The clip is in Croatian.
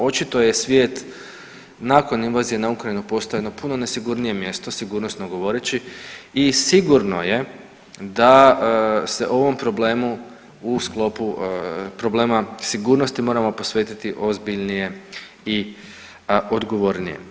Očito je svijet nakon invazije na Ukrajinu postao puno nesigurnije mjesto sigurnosno govoreći i sigurno je da se o ovom problemu u sklopu problema sigurnosti moramo posvetiti ozbiljnije i odgovornije.